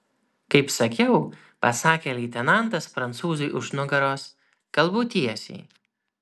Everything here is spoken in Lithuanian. kaip sakiau pasakė leitenantas prancūzui už nugaros kalbu tiesiai